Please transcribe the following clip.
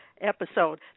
episode